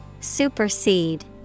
supersede